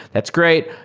that's great.